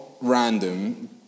random